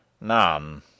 None